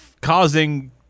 causing